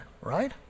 right